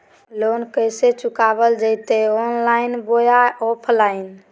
Loan कैसे चुकाबल जयते ऑनलाइन बोया ऑफलाइन?